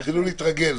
תתחילו להתרגל.